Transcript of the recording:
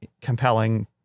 compelling